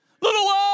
Little